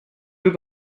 œufs